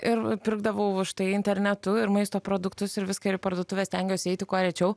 ir pirkdavau štai internetu ir maisto produktus ir viską ir į parduotuvę stengiuosi eiti kuo rečiau